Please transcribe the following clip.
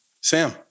Sam